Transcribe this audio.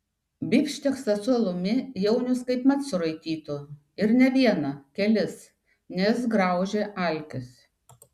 bifšteksą su alumi jaunius kaip mat suraitytų ir ne vieną kelis nes graužia alkis